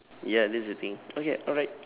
ya that's the thing okay alright